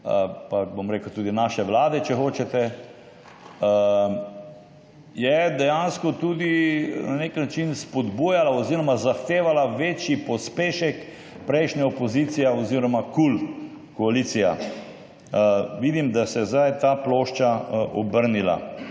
pa bom rekel tudi naše vlade, če hočete, ki jo je dejansko tudi na nek način spodbujala oziroma zahtevala večji pospešek prejšnja opozicija oziroma koalicije KUL – vidim, da se je zdaj ta plošča obrnila.